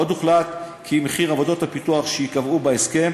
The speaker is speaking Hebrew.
עוד הוחלט כי מחיר עבודות הפיתוח שייקבעו בהסכם